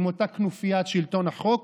עם אותה כנופיית שלטון החוק,